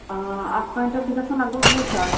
آ اَتھ کامہِ پٮ۪ٹھ چھُ گژھان لگ بگ وُہ ساس